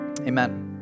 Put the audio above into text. amen